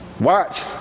watch